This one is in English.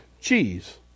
cheese